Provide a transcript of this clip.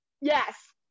yes